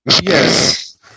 yes